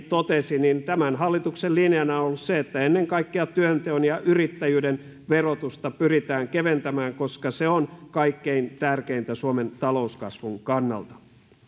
totesi niin tämän hallituksen linjana on se että ennen kaikkea työnteon ja yrittäjyyden verotusta pyritään keventämään koska se on kaikkein tärkeintä suomen talouskasvun kannalta